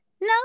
no